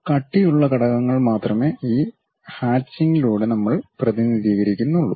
കട്ടിയുള്ള ഘടകങ്ങൾ മാത്രമേ ഈ ഹാചിങ്ങ് ലൂടെ നമ്മൾ പ്രതിനിധീകരിക്കുന്നുള്ളൂ